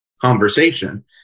conversation